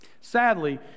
Sadly